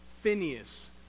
Phineas